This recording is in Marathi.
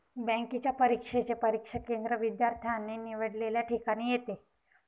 बँकेच्या परीक्षेचे परीक्षा केंद्र विद्यार्थ्याने निवडलेल्या ठिकाणी येते